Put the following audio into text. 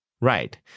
Right